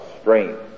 strength